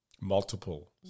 Multiple